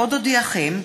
איתן ברושי,